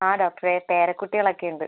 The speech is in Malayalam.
ആ ഡോക്ടറേ പേരക്കുട്ടികൾ ഒക്കെ ഉണ്ട്